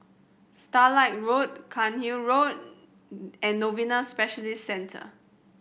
Starlight Road Cairnhill Road and Novena Specialist Centre